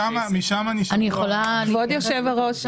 היושב-ראש,